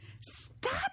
Stop